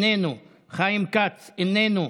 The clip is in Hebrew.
איננו, חיים כץ, איננו,